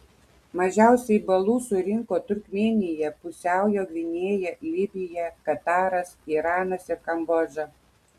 mažiausiai balų surinko turkmėnija pusiaujo gvinėja libija kataras iranas ir kambodža